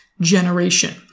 generation